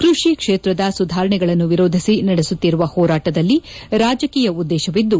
ಕೃಷಿ ಕ್ಷೇತ್ರದ ಸುಧಾರಣೆಗಳನ್ನು ವಿರೋಧಿಸಿ ನಡೆಸುತ್ತಿರುವ ಹೋರಾಟದಲ್ಲಿ ರಾಜಕೀಯ ಉದ್ದೇಶವಿದ್ದು